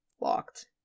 locked